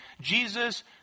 Jesus